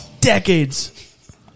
decades